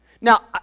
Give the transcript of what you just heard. Now